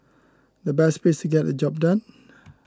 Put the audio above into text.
the best place to get the job done